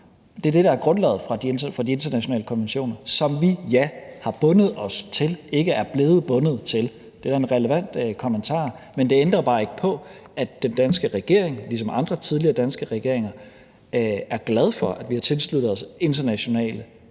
Det er det, der er grundlaget for de internationale konventioner, som vi, ja, har bundet os til, ikke er blevet bundet til. Det er da en relevant kommentar, men det ændrer bare ikke på, at den danske regering, ligesom andre tidligere danske regeringer, er glad for, at vi har tilsluttet os internationale regler,